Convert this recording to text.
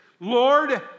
Lord